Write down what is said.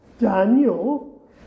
Daniel